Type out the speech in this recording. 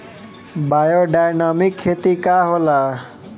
Biodynamic खेती का होला?